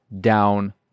down